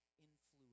influence